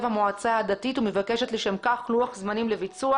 המועצה הדתית ומבקשת לשם כך לוח זמנים לביצוע.